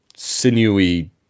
sinewy